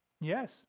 Yes